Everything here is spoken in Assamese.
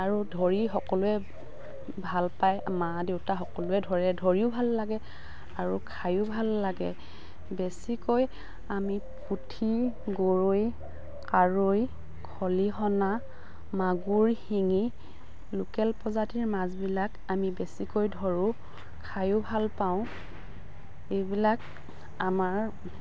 আৰু ধৰি সকলোৱে ভাল পায় মা দেউতা সকলোৱে ধৰে ধৰিও ভাল লাগে আৰু খায়ো ভাল লাগে বেছিকৈ আমি পুঠি গৰৈ কাৱৈ খলিহনা মাগুৰ শিঙি লোকেল প্ৰজাতিৰ মাছবিলাক আমি বেছিকৈ ধৰোঁ খাইও ভাল পাওঁ এইবিলাক আমাৰ